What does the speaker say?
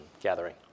gathering